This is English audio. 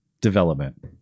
development